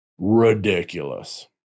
Ridiculous